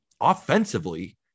offensively